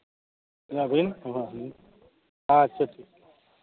ᱟᱪᱪᱷᱟ ᱴᱷᱤᱠ